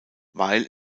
weil